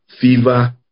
fever